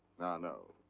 no, no.